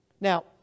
Now